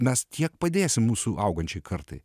mes tiek padėsim mūsų augančiai kartai